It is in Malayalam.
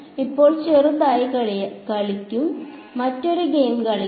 ഇപ്പോൾ ചെറുതായി കളിക്കും മറ്റൊരു ഗെയിം കളിക്കും